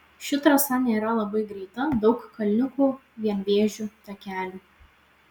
ši trasa nėra labai greita daug kalniukų vienvėžių takelių